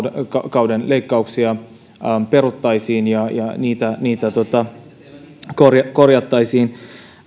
kauden leikkauksia peruttaisiin ja ja niitä niitä korjattaisiin